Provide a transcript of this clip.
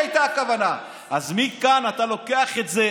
דודי, אתם,